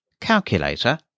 Calculator